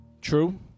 True